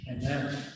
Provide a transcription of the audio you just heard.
Amen